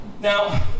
Now